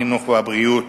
החינוך והבריאות.